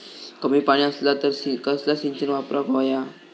कमी पाणी असला तर कसला सिंचन वापराक होया?